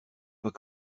pas